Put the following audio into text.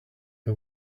but